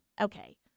okay